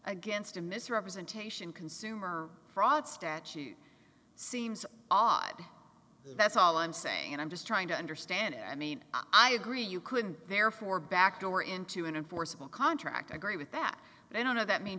against a misrepresentation consumer fraud statute seems odd that's all i'm saying and i'm just trying to understand i mean i agree you couldn't there for back door into an enforceable contract i agree with that but i don't know that means